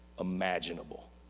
imaginable